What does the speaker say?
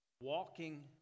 walking